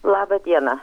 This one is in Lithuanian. laba diena